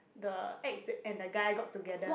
the ex and the guy got together